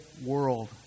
world